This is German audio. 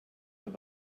mehr